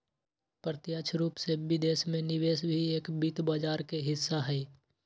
प्रत्यक्ष रूप से विदेश में निवेश भी एक वित्त बाजार के हिस्सा हई